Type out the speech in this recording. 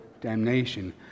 damnation